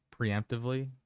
preemptively